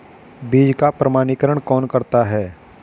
बीज का प्रमाणीकरण कौन करता है?